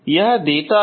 यह देता है